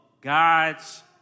God's